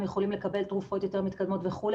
יכולים לקבל תרופות יותר מתקדמות וכו'.